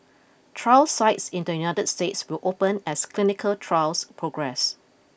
trial sites in the United States will open as clinical trials progress